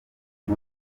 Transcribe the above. uyu